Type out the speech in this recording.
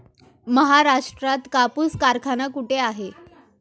महाराष्ट्रात कापूस कारखाना कुठे आहे?